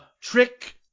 trick